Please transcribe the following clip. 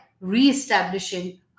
re-establishing